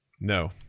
no